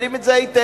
יודעים את זה היטב.